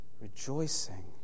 Rejoicing